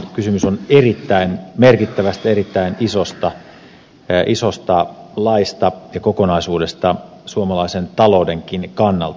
kysymys on erittäin merkittävästä erittäin isosta laista ja kokonaisuudesta suomalaisen taloudenkin kannalta